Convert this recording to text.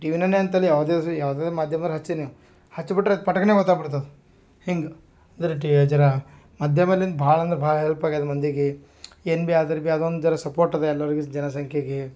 ಈ ಟಿವಿ ನೈನೇ ಅಂತಲ್ಲ ಯಾವುದೇ ಯಾವುದೇ ಮಾಧ್ಯಮದೋರ್ ಹಚ್ಚಿ ನೀವು ಹಚ್ಚಿ ಬಿಟ್ಟರೆ ಪಟಕ್ನೆ ಗೊತಾಗ್ಬಿಡುತ್ತದು ಹಿಂಗೆ ಅಂದ್ರರೆ ಟಿ ಜರ ಮಾಧ್ಯಮಲಿಂದ್ ಭಾಳ ಅಂದ್ರೆ ಭಾಳ ಹೆಲ್ಪ್ ಆಗಿದೆ ಮಂದಿಗೆ ಏನು ಬಿ ಅದರ ಬಿ ಅದೊಂಥರ ಸಪೋರ್ಟ್ ಅದ ಎಲ್ಲರಿಗು ಜನಸಂಖ್ಯೆಗೆ